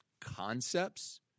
concepts